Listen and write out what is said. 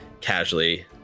casually